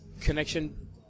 connection